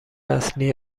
اصلی